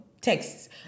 texts